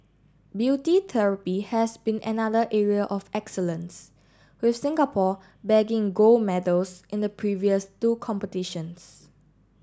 beauty therapy has been another area of excellence with Singapore bagging gold medals in the previous two competitions